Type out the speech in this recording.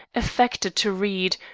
affected to read,